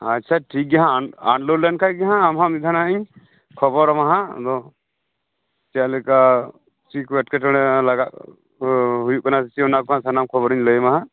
ᱟᱪᱪᱷᱟ ᱴᱷᱤᱠ ᱜᱮᱭᱟ ᱦᱟᱜ ᱟᱱᱞᱳᱰ ᱞᱮᱱᱠᱷᱟᱱ ᱜᱮ ᱦᱟᱜ ᱟᱢ ᱦᱟᱜ ᱢᱤᱫ ᱫᱷᱟᱣ ᱦᱟᱜ ᱤᱧ ᱠᱷᱚᱵᱚᱨᱟᱢᱟ ᱟᱫᱚ ᱪᱮᱫ ᱞᱮᱠᱟ ᱪᱮᱫ ᱠᱚ ᱮᱴᱠᱮᱴᱚᱬᱮ ᱞᱟᱜᱟᱜ ᱦᱩᱭᱩᱜ ᱠᱟᱱᱟ ᱚᱱᱟ ᱠᱚ ᱥᱟᱱᱟᱢ ᱠᱷᱚᱵᱚᱨᱤᱧ ᱞᱟᱹᱭᱟᱢᱟ ᱦᱟᱜ